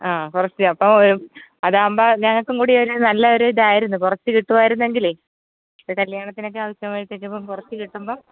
ആ കുറച്ച് തരൂ അപ്പോൾ അതാവുമ്പം ഞങ്ങൾക്കും കൂടെ ഒരു നല്ല ഒരു ഇതായിരുന്നു കുറച്ച് കിട്ടുമായിരുന്നു എങ്കിൽ ഒരു കല്യാണത്തിനൊക്കെ ആവശ്യമായി കഴിഞ്ഞപ്പം കുറച്ച് കിട്ടുമ്പം